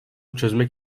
çözmek